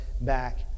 back